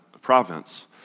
province